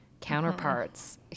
counterparts